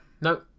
No